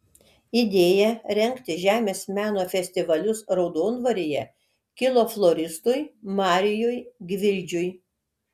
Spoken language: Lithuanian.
idėja rengti žemės meno festivalius raudondvaryje kilo floristui marijui gvildžiui